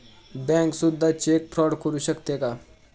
Bank सुद्धा cheque fraud करू शकते का?